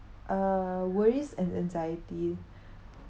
uh worries and anxiety